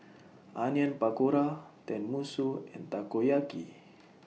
Onion Pakora Tenmusu and Takoyaki